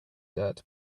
dirt